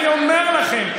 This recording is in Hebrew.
אני אומר לכם.